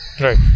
Right